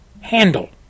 handle